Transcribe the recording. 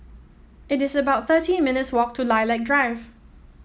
it is about thirteen minutes' walk to Lilac Drive